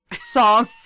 songs